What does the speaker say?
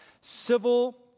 civil